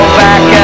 back